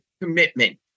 commitment